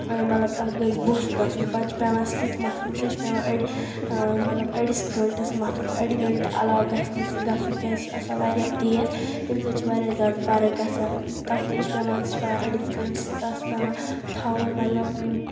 آ مطلب تَتھ گَژھِ بوٚس گَژھُن پَتہٕ چھُ پیٚوان سُہ تہِ مَتُھن سُہ چھُ پیٚوان أڑِس آ مطلب أڑِس گنٹَس مَتُھن اَڑِ گنٹہِ علاوٕ گَژھِ نہٕ سُہ گَژھُن کیٛازِ سُہ چھُ آسان واریاہ تیز تَمہِ سۭتۍ چھِ واریاہ زیادٕ فَرٕق گَژھان تَتھ تہِ چھ پیٚوان سُہ چھُ پیٚوان أڑِس گنٹَس تَتھ تہِ چھُ پیٚوان تھاوُن مطلب